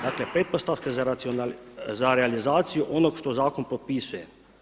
Dakle pretpostavka za realizaciju onog što zakon potpisuje.